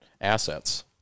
assets